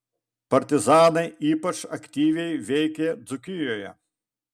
partizanai ypač aktyviai veikė dzūkijoje